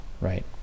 right